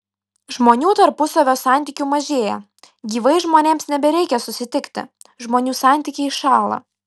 žmonių tarpusavio santykių mažėja gyvai žmonėms nebereikia susitikti žmonių santykiai šąla